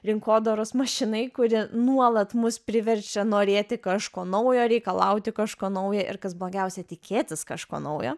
rinkodaros mašinai kuri nuolat mus priverčia norėti kažko naujo reikalauti kažko nauja ir kas blogiausia tikėtis kažko naujo